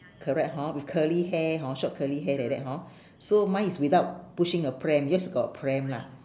correct hor with curly hair hor short curly hair like that hor so mine is without pushing a pram yours is got a pram lah